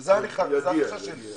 זה החשש שלי.